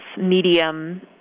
medium